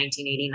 1989